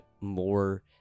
more